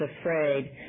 afraid